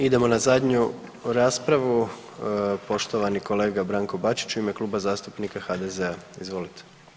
Idemo na zadnju raspravu, poštovani kolega Branko Bačić u ime Kluba zastupnika HDZ-a, izvolite.